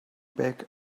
back